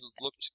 looked